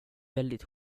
väldigt